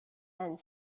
and